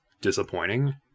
disappointing